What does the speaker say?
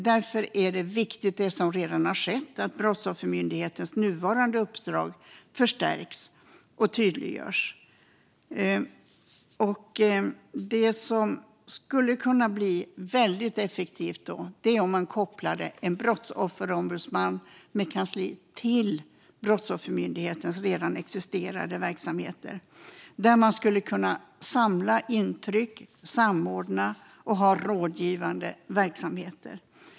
Därför är det som redan har skett viktigt - att Brottsoffermyndighetens nuvarande uppdrag förstärks och tydliggörs. Det som skulle kunna bli väldigt effektivt är att koppla en brottsofferombudsman till Brottsoffermyndighetens redan existerande verksamheter. Där skulle man kunna samla intryck, samordna och ha rådgivande verksamheter.